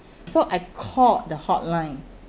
so I called the hotline